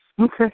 Okay